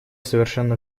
совершенно